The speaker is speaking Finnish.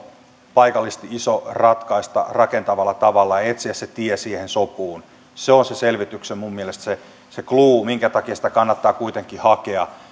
paikallisesti iso ratkaista rakentavalla tavalla ja etsiä se tie siihen sopuun se on mielestäni se selvityksen clou minkä takia sitä kannattaa kuitenkin hakea